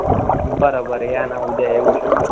बरंबरं या ना उद्या येऊ शकतात